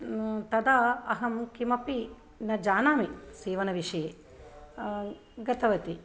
तदा अहं किमपि न जानामि सीवनविषये गतवति